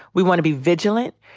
we want to be vigilant.